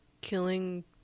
killing